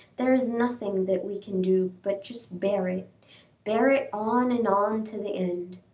there is nothing that we can do but just bear it bear it on and on to the end.